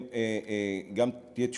מדובר בפעולה אחת,